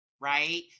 right